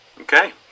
Okay